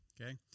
okay